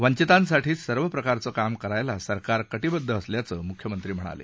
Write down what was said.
वंचितांसाठी सर्व प्रकारचं काम करण्यास सरकार कटीबद्ध असल्याचं मुख्यमंत्री म्हणाले